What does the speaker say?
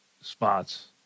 spots